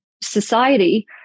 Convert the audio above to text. society